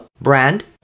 brand